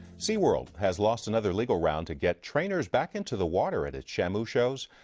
sea world has lost another legal round to get trainers back into the water at its shamu shows.